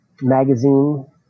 magazine